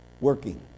working